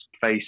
face